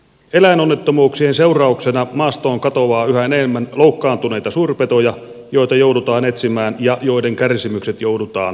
eläinonnettomuuksien seurauksena maastoon katoaa yhä enemmän loukkaantuneita suurpetoja joita joudutaan etsimään ja joiden kärsimykset joudutaan lopettamaan